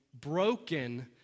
broken